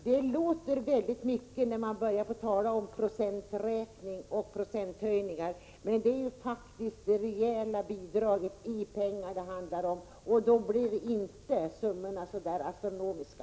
Det låter mycket när man börjar tala om procentsatser, men det är faktiskt det reella bidraget i pengar som det handlar om, och de siffrorna är inte astronomiska.